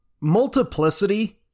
multiplicity